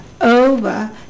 over